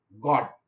God